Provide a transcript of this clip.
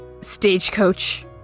stagecoach